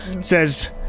says